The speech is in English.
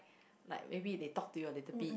like maybe they talk to you a little bit